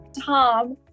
Tom